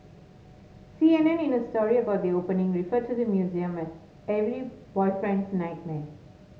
C N N in a story about the opening referred to the museum as every boyfriend's nightmare